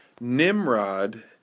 Nimrod